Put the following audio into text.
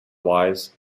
wise